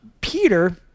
Peter